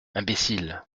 imbécile